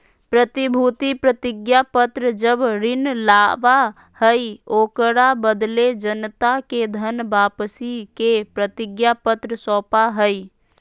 प्रतिभूति प्रतिज्ञापत्र जब ऋण लाबा हइ, ओकरा बदले जनता के धन वापसी के प्रतिज्ञापत्र सौपा हइ